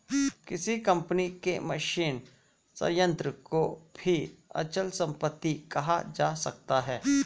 किसी कंपनी के मशीनी संयंत्र को भी अचल संपत्ति कहा जा सकता है